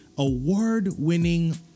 award-winning